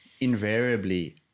invariably